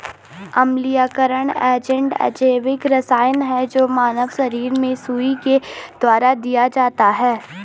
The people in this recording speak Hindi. अम्लीयकरण एजेंट अजैविक रसायन है जो मानव शरीर में सुई के द्वारा दिया जाता है